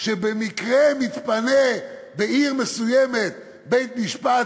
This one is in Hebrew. כשבמקרה מתפנה בעיר מסוימת בית-משפט,